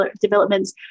developments